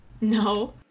No